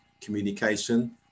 communication